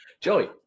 Joey